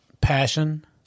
passion